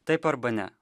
taip arba ne